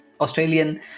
Australian